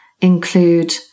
include